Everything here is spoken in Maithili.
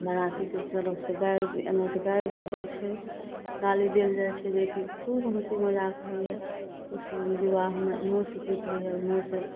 बरातीके तरफसे गारि एन्नेसे गारि भी दै छै गाली देल जाइ छै जेकि खूब हँसी मजाक होइए विवाहमे एनहोसे गीत होइए ओनहोसे